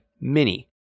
Mini